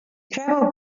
travel